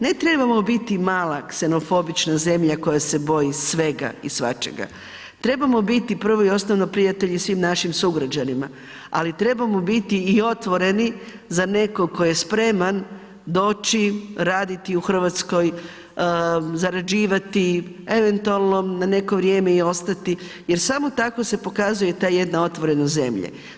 Ne trebamo biti mala ksenofobična zemlja koja se boji svega i svačega, trebamo biti prvo i osnovno prijatelji svim našim sugrađanima ali trebamo biti i otvoreni za nekog tko je spreman doći, raditi u Hrvatskoj, zarađivati, eventualno na neko vrijeme i ostati jer samo tako se pokazuje taj jedna otvorenost zemlje.